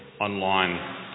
online